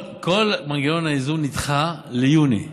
כל מנגנון האיזון נדחה ליוני.